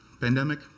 Pandemic